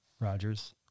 Rogers